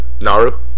Naru